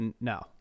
No